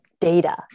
data